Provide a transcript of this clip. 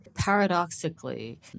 paradoxically